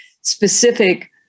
specific